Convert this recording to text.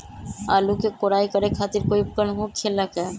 आलू के कोराई करे खातिर कोई उपकरण हो खेला का?